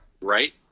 Right